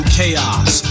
chaos